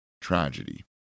tragedy